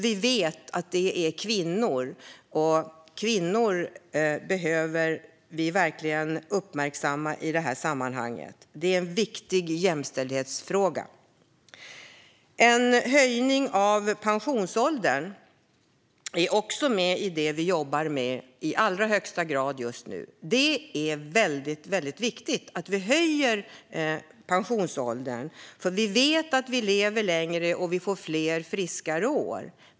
Vi vet att det är kvinnor, och kvinnor behöver vi verkligen uppmärksamma i det här sammanhanget. Det är en viktig jämställdhetsfråga. En höjning av pensionsåldern är med i det vi i allra högsta grad jobbar med just nu. Det är väldigt viktigt att vi höjer pensionsåldern, för vi vet att vi lever längre och får fler friska år.